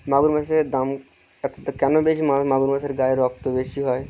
মাগুর মাছের দাম এত কেন বেশি মা মাগুর মাছের গায়ে রক্ত বেশি হয়